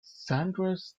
saunders